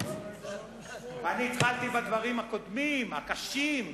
אני התחלתי בדברים הקודמים, הקשים.